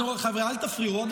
נו, חבר'ה, אל תפריעו.